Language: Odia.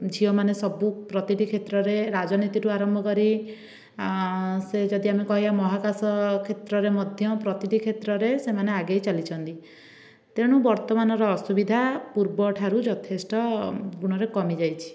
ଝିଅମାନେ ସବୁ ପ୍ରତିଟି କ୍ଷେତ୍ରରେ ରାଜନୀତି ଠାରୁ ଆରମ୍ଭ କରି ସେ ଯଦି ଆମେ କହିବା ମହାକାଶ କ୍ଷେତ୍ରରେ ମଧ୍ୟ ପ୍ରତିଟି କ୍ଷେତ୍ରରେ ସେମାନେ ଆଗେଇ ଚାଲିଛନ୍ତି ତେଣୁ ବର୍ତ୍ତମାନର ଅସୁବିଧା ପୂର୍ବ ଠାରୁ ଯଥେଷ୍ଟ ଗୁଣରେ କମିଯାଇଛି